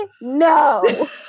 No